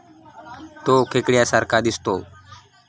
तो खेकड्या सारखा दिसतो